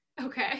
Okay